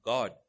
God